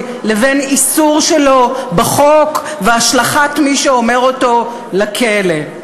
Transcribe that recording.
לבין איסור שלו בחוק והשלכת מי שאומר אותו לכלא.